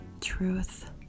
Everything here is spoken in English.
truth